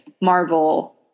Marvel